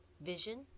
Vision